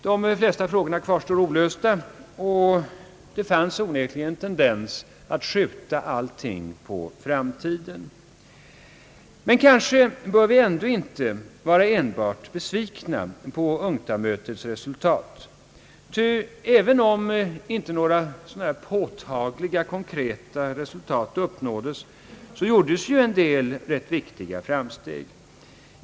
De flesta frågorna kvarstår olösta, och det fanns onekligen en tendens att skjuta svårigheterna på framtiden. Men kanske bör vi ändå inte vara enbart besvikna på UNCTAD-mötets resultat, ty även om inte många konkreta resultat uppnåddes, gjordes ju en del rätt viktiga framsteg.